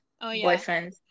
boyfriend